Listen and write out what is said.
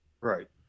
Right